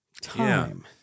time